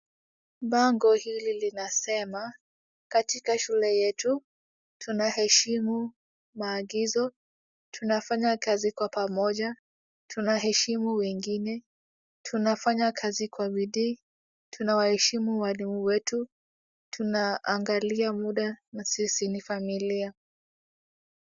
Bango hili linasema "katika shule yetu tunaheshimu maagizo tunafanya kazi kwa pamoja, tunaheshimu wengine, tunafanya kazi kwa bidii, tunawaheshimu walimu wetu, tunaangalia muda na sisi ni familia".